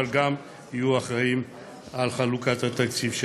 אבל גם יהיו אחראים לחלוקת התקציב שם.